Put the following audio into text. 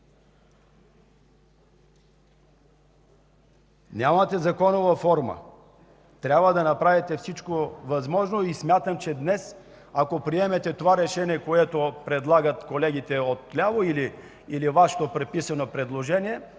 Нямате законова форма. Трябва да направите всичко възможно и смятам, че днес, ако приемете това решение, което предлагат колегите отляво или Вашето преписано предложение,